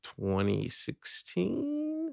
2016